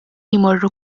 jmorru